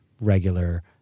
regular